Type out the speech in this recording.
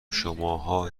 شماها